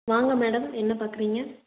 வாங்க மேடம் என்ன பார்க்குறீங்க